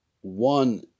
one